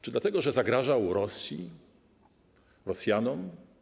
Czy dlatego, że zagrażał Rosji, Rosjanom?